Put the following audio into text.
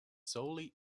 solely